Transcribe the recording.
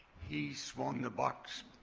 he swung the bucks,